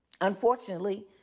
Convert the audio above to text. unfortunately